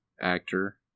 actor